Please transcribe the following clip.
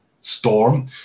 storm